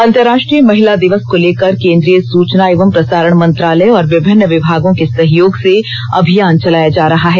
अंतराष्ट्रीय महिला दिवस को लेकर केंद्रीय सूचना एवं प्रसारण मंत्रालय और विभिन्न विभागों के सहयोग से अभियान चलाया जा रहा है